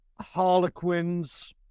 Harlequins